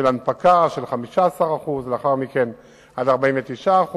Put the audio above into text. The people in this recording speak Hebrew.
של הנפקה של 15% ולאחר מכן עד 49%,